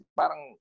parang